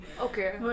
okay